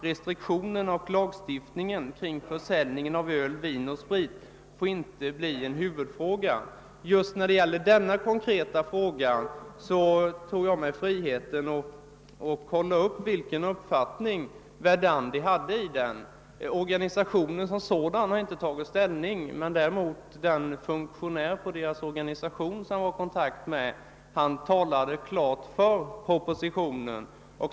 Restriktionerna och lagstiftningen kring försäljningen av öl, vin och sprit får inte bli en huvudfråga.» Just beträffande denna konkreta fråga tog jag mig friheten att kontrollera Verdandis uppfattning. Organisationen som sådan har inte tagit ställning, men den funktionär inom organisationen som jag träffade talade starkt för propositionen.